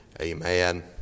amen